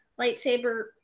lightsaber